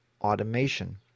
automation